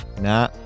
Nah